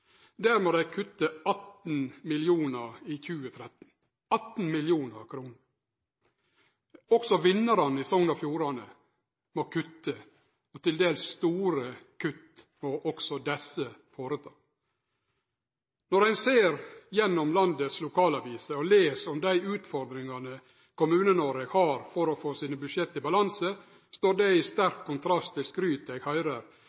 Der må dei kutte 18 mill. kr i 2013 – 18 mill. kr! Også vinnarane i Sogn og Fjordane må kutte – til dels store kutt må desse gjere. Når ein ser gjennom landets lokalaviser og les om dei utfordringane Kommune-Noreg har for å få sine budsjett i balanse, står det i sterk kontrast til skrytet eg høyrer